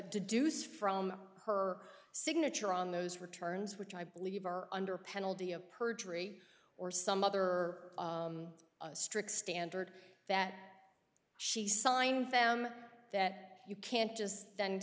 deuce from her signature on those returns which i believe are under penalty of perjury or some other strict standard that she signed them that you can't just th